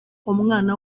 umwana